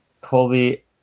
Colby